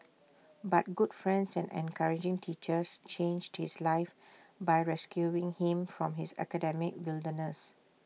but good friends and encouraging teachers changed his life by rescuing him from the academic wilderness